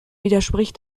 widerspricht